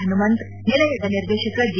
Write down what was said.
ಹನುಮಂತ್ ನಿಲಯದ ನಿರ್ದೇಶಕ ಜಿ